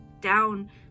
down